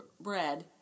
bread